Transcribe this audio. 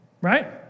Right